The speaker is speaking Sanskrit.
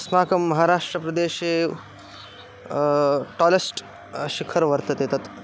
अस्माकं महाराष्ट्रप्रदेशे टालेस्ट् शिखरं वर्तते तत्